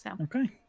Okay